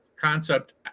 concept